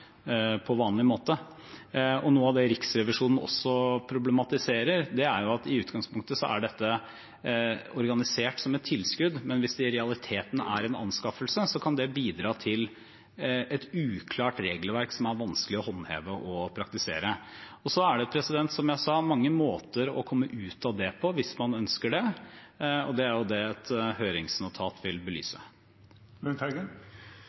tilskudd, men hvis det i realiteten er en anskaffelse, kan det bidra til et uklart regelverk som det er vanskelig å håndheve og praktisere. Så er det, som jeg sa, mange måter å komme ut av det på hvis man ønsker det, og det er jo det et høringsnotat vil